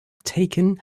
taken